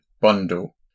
bundle